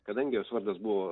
kadangi jos vardas buvo